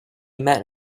met